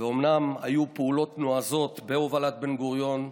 אומנם היו פעולות נועזות בהובלת בן-גוריון,